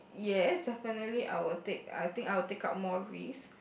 yes definitely I will take I think I will take out more risk